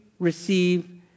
receive